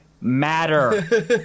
matter